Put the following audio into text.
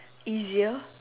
easier